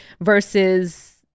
versus